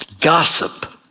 gossip